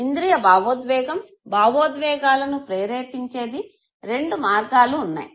ఇంద్రియ భావోద్వేగం భావోద్వేగాలను ప్రేరేపించేది రెండు మార్గాలు ఉన్నాయి